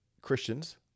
Christians